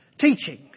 teaching